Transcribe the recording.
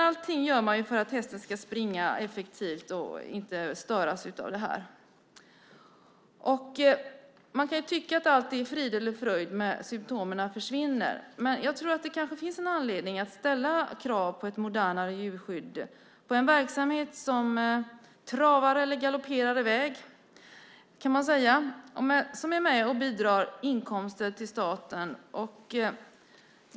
Allting gör man för att hästen ska springa effektivt och inte störas. Man kan tycka att allting är frid och fröjd när symtomen försvinner. Men jag tror att det kanske finns anledning att ställa krav på ett modernare djurskydd inom en verksamhet som travar eller galopperar i väg, kan man säga, och som inbringar inkomster till staten.